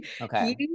Okay